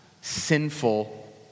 sinful